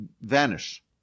vanish